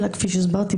אלא כפי שהסברתי,